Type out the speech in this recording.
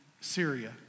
Syria